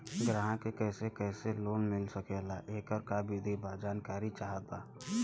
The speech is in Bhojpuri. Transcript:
ग्राहक के कैसे कैसे लोन मिल सकेला येकर का विधि बा जानकारी चाहत बा?